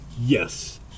Yes